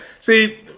See